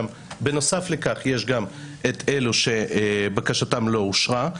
בנוסף לכך יש גם את אלה שבקשתם לא אושרה.